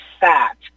fat